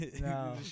No